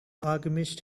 alchemist